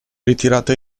ritirata